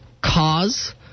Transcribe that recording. cause